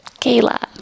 Kayla